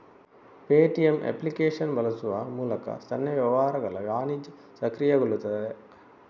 Paytm application ಬಳಸುವ ಮೂಲಕ ಸಣ್ಣ ವ್ಯವಹಾರಗಳ ವಾಣಿಜ್ಯ ಸಕ್ರಿಯಗೊಳ್ಳುತ್ತದೆ